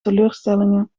teleurstellingen